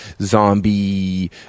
zombie